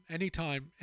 Anytime